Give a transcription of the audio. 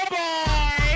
boy